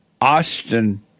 Austin